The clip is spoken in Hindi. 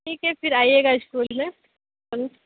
ठीक है फिर आइएगा स्कूल में